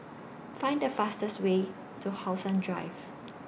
Find The fastest Way to How Sun Drive